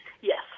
Yes